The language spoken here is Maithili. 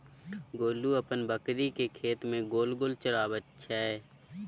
गोलू अपन बकरीकेँ खेत मे गोल गोल चराबैत छै